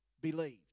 believed